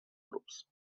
groups